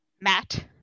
Matt